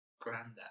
granddad